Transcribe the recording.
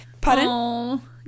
Pardon